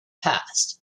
past